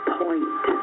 point